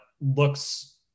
looks